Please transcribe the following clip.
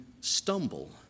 stumble